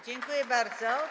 Dziękuję bardzo.